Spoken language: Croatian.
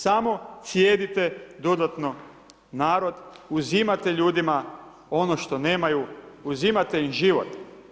Samo cijedite dodatno narod, uzimate ljudima ono što nemaju, uzimate im život.